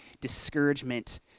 discouragement